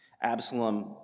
Absalom